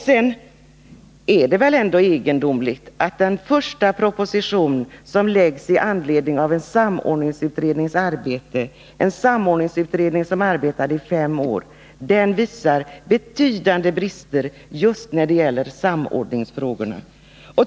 Sedan är det väl egendomligt att den första proposition som läggs fram i anledning av en samordningsutrednings arbete — en samordningsutredning som arbetat i fem år — visar betydande brister just när det gäller samordningsfrågorna.